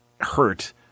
hurt